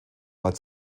als